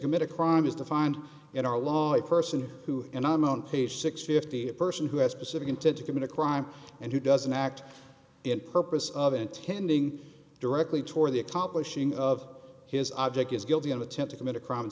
commit a crime is defined in our law a person who an unknown page six fifty a person who has specific intent to commit a crime and who doesn't act in purpose of intending directly toward the accomplishing of his object is guilty an attempt to commit a crime